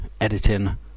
editing